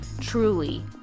truly